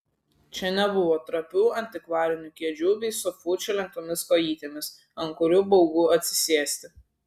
čia nebuvo trapių antikvarinių kėdžių bei sofučių lenktomis kojytėmis ant kurių baugu atsisėsti